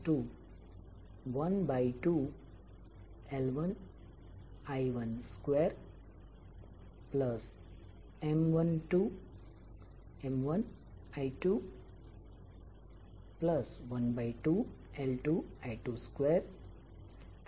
હવે આ ચોક્કસ કિસ્સામા જો કોઇલ 1 માં N1ટર્ન હોય જ્યારે કોઇલ 2 માં N2 ટર્ન છે